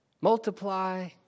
multiply